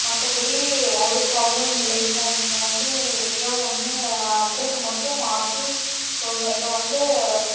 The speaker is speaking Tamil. மற்றபடி ஒரு ப்ராப்லம் இல்லைங்க சார் நீங்கள் வந்து எப்படியா ஒன்று அட்ரஸை மட்டும் மாற்றி சொல்லணும் இப்போ வந்து